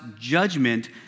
judgment